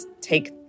take